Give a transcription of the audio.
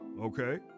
Okay